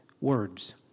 words